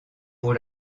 pour